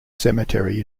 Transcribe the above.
cemetery